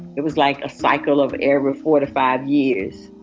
it was like a cycle of every four to five years.